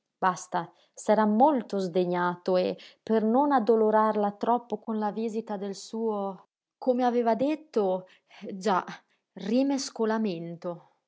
basta s'era molto sdegnato e per non addolorarla troppo con la vista del suo come aveva detto già rimescolamento